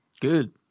Good